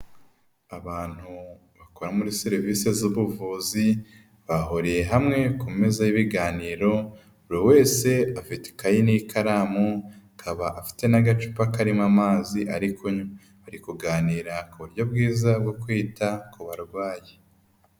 Abantu bakora muri serivise z'ubuvuzi bahuriye hamwe ku meza y'ibiganiro buri wese afite ikayi n'ikaramu akaba afite n'agacupa karimo amazi ari kunywa, bari kuganira ku buryo bwiza bwo kwita ku barwayi.